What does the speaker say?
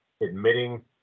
admitting